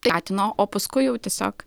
skatino o paskui jau tiesiog